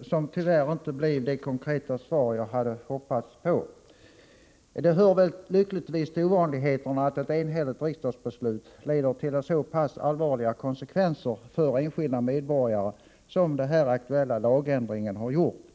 som tyvärr inte gav det konkreta besked jag hade hoppats på. Det hör väl lyckligtvis till ovanligheterna att ett enhälligt riksdagsbeslut leder till så pass allvarliga konsekvenser för enskilda medborgare som den här aktuella lagändringen har gjort.